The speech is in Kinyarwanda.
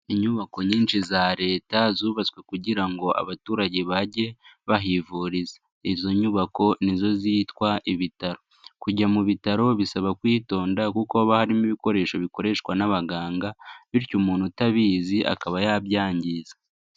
Inyubako nyinshi za Leta zubatswe kugira ngo abaturage bajye bahivuriza, izo nyubako nizo zitwa ibitaro, kujya mu bitaro bisaba kwitonda kuko haba harimo ibikoresho bikoreshwa n'abaganga, bityo umuntu utabizi akaba yabyangiza.